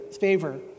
favor